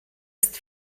ist